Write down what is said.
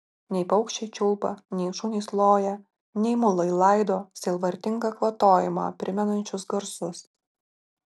nei paukščiai čiulba nei šunys loja nei mulai laido sielvartingą kvatojimą primenančius garsus